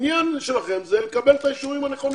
העניין שלכם זה לקבל את האישורים הנכונים,